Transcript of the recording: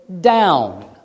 down